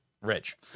Rich